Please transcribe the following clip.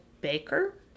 baker